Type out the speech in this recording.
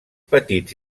petits